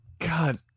God